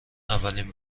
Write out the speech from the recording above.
اولین